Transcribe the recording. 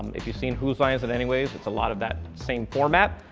if you've seen whose line is it anyways? it's a lot of that same format.